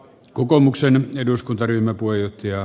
kokoomuksen eduskuntaryhmä voi ja